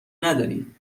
نداری